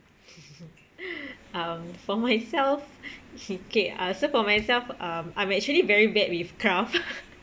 um for myself okay uh so for myself um I'm actually very bad with craft